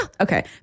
Okay